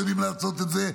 יודעים לעשות את זה,